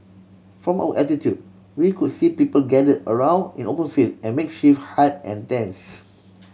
from our altitude we could see people gathered around in open field in makeshift hut and tents